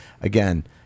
again